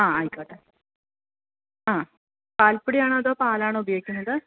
ആ ആയിക്കോട്ടെ ആ പാൽപ്പൊടിയാണോ അതോ പാലാണോ ഉപയോഗിക്കുന്നത്